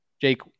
Jake